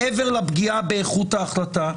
מעבר לפגיעה באיכות ההחלטה,